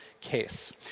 case